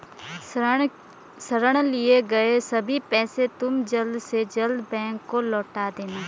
ऋण लिए गए सभी पैसे तुम जल्द से जल्द बैंक को लौटा देना